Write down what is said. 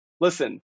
listen